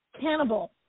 cannibal